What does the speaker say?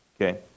Okay